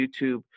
YouTube